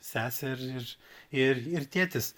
sesė ir ir ir ir tėtis